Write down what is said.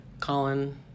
Colin